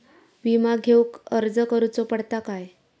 विमा घेउक अर्ज करुचो पडता काय?